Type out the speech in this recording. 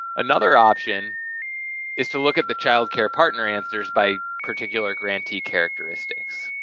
another option is to look at the child care partner answers by particular grantee characteristics.